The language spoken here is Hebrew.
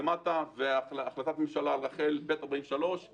והחלטת ממשלה ב/43 על רח"ל.